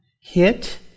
hit